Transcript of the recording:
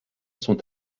sont